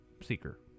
Seeker